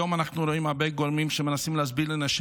היום אנחנו רואים הרבה גורמים שמנסים להסביר לנשים